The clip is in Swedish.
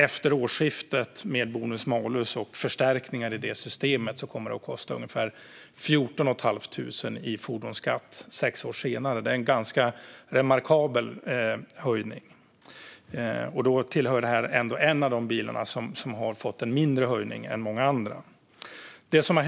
Efter årsskiftet, med bonus-malus och förstärkningar i det systemet, kommer det att kosta ungefär 14 500 kronor i fordonsskatt sex år senare. Det är en ganska remarkabel höjning. Då är bilen ändå en av de bilar som har fått en mindre höjning än många andra. Fru talman!